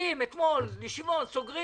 מחליטים אתמול וסוגרים.